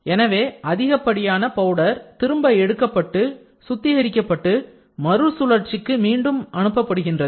எனவே அதிகப்படியான பவுடர் திரும்ப எடுக்கப்பட்டு சுத்திகரிக்கப்பட்டு மறுசுழற்சிக்கு மீண்டும் அனுப்பப்படுகின்றது